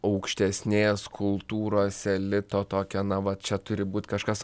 aukštesnės kultūros elito tokia ana va čia turi būti kažkas